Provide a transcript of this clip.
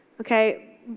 Okay